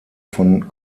von